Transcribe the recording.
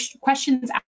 questions